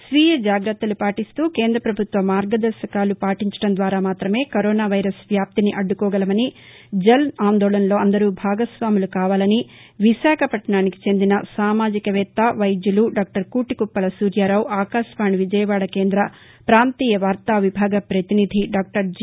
స్వీయ జాగ్రత్తలు పాటిస్తూ కేంద్ర ప్రభుత్వ మార్గదర్భకాలు పాటించడం ద్వారా మాత్రమే కరోనా వైరస్ వ్యాప్తిని అడ్లుకోగలమని జన్ ఆందోళన్లో అందరూ భాగస్వాములు కావాలని విశాఖపట్లణానికి చెందిన సామాజికవేత్త వైద్యులు డాక్లర్ కూటికుప్పల సూర్యారావు ఆకాశవాణి విజయవాడ కేంద్ర ప్రాంతీయ వార్తా విభాగ ప్రతినిధి డాక్టర్ జి